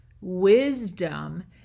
wisdom